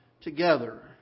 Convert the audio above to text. together